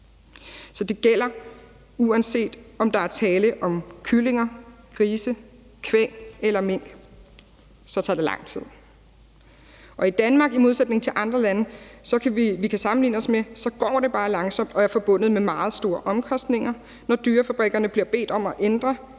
Og det gælder, at uanset om der er tale om kyllinger, grise, kvæg eller mink, så tager det lang tid. I Danmark – i modsætning til andre lande, som vi kan sammenligne os med – går det bare langsomt og er forbundet med meget store omkostninger, når dyrefabrikkerne bliver bedt om at ændre